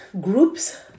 groups